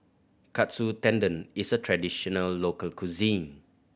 Katsu Tendon is a traditional local cuisine